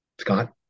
Scott